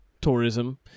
tourism